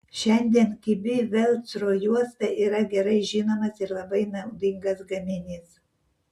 šiandien kibi velcro juosta yra gerai žinomas ir labai naudingas gaminys